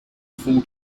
full